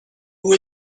who